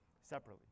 separately